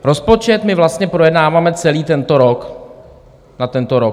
Rozpočet my vlastně projednáváme celý tento rok na tento rok.